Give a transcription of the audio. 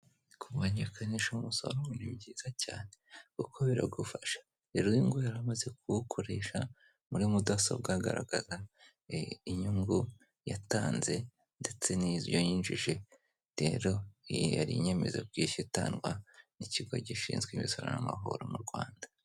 Kumenyekanisha umusoro ni byiza kuko biragufasha, rero uyu nguyu yaramaze kuwukoresha muri mudasobwa agaragaraza inyungu yatanze ndetse n'iyo yinjije, rero iyo yari inyemeza bwishyu itangwa n'ikigo gishinzwe imisoro na mahoro mu Rwanda.